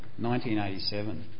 1987